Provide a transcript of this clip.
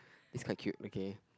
its quite cute okay